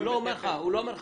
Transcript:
הוא אומר מה